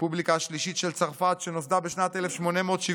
הרפובליקה השלישית של צרפת שנוסדה בשנת 1871